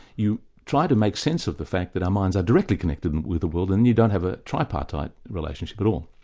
you try to make sense of the fact that our minds are directly connected with the world, and you don't have a tripartite relationship at all.